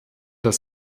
das